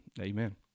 Amen